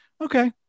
okay